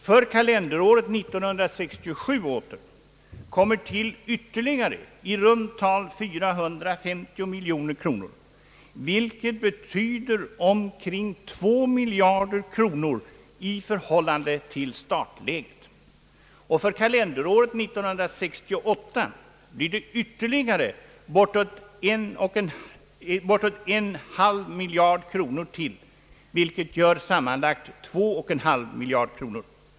För kalenderåret 1967 åter tillkommer ytterligare i runt tal 450 miljoner kronor, vilket betyder omkring 2 miljarder kronor i förhållande till startläget, och för kalenderåret 1968 blir det ytterligare bortåt en halv miljard kronor, vilket gör sammanlagt 21/2 miljarder kronor.